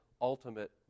ultimate